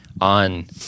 on